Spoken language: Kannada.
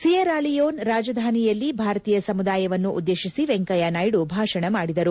ಸಿಯೆರಾಲಿಯೋನ್ ರಾಜಧಾನಿಯಲ್ಲಿ ಭಾರತೀಯ ಸಮುದಾಯವನ್ನು ಉದ್ದೇಶಿಸಿ ವೆಂಕಯ್ಯನಾಯ್ಡು ಭಾಷಣ ಮಾಡಿದರು